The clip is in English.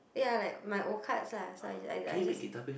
ya like my old cards lah so I just I I just